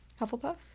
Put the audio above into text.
hufflepuff